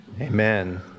Amen